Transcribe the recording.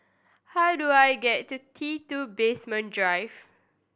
how do I get to T Two Basement Drive